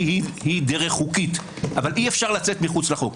היא חוקית אבל אי אפרש לצאת מחוץ לחוק.